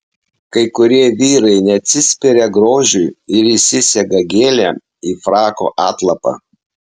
kai kurie vyrai neatsispiria grožiui ir įsisega gėlę į frako atlapą